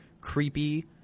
creepy